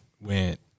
went